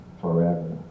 forever